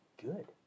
good